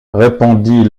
répondit